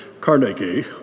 Carnegie